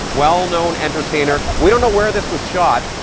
well known entertainer. we don't know where this was shot,